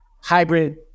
hybrid